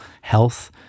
health